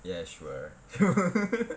ya sure